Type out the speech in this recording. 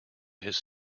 his